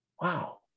wow